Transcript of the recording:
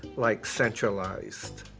like, centralized.